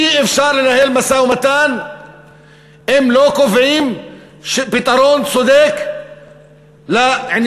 אי-אפשר לנהל משא-ומתן שלא מתבסס על כך שירושלים המערבית היא